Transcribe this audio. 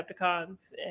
Decepticons